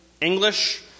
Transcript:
English